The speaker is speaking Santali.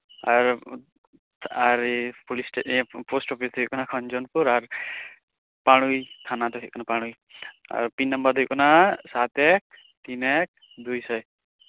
ᱟᱨ ᱟᱨ ᱯᱩᱞᱤᱥ ᱯᱳᱥᱴ ᱚᱯᱷᱤᱥ ᱫᱚ ᱦᱩᱭᱩᱜ ᱠᱟᱱᱟ ᱠᱷᱚᱧᱡᱚᱱᱯᱩᱨ ᱟᱨ ᱛᱷᱟᱱᱟ ᱫᱚ ᱦᱩᱭᱩᱜ ᱠᱟᱱᱟ ᱯᱟᱲᱩᱭ ᱯᱤᱱ ᱱᱚᱢᱵᱟᱨ ᱦᱩᱭᱩᱜ ᱠᱟᱱᱟ ᱥᱟᱛ ᱮᱠ ᱛᱤᱱ ᱮᱠ ᱫᱩᱭ ᱮᱠ